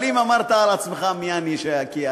אבל אם אמרת על עצמך, מי אני כי אלין?